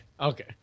Okay